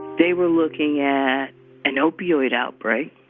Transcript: they were looking at an opioid outbreak,